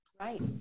Right